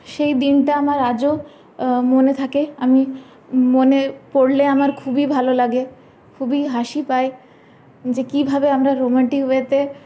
সেই দিনটা আমার আজও মনে থাকে আমি মনে পড়লে আমার খুবই ভালো লাগে খুবই হাসি পায় যে কীভাবে আমরা রোমান্টিক ওয়েতে